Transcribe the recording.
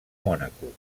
mònaco